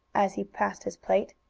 as he passed his plate.